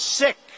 sick